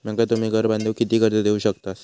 माका तुम्ही घर बांधूक किती कर्ज देवू शकतास?